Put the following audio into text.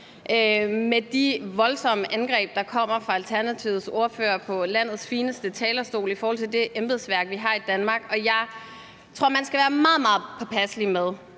med de voldsomme angreb, der kommer fra Alternativets ordfører på landets fineste talerstol i forhold til det embedsværk, vi har i Danmark. Jeg tror, man skal være meget, meget påpasselig med